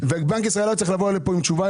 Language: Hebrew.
ובנק ישראל היה צריך לבוא היום לפה עם תשובה,